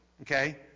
okay